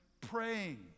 praying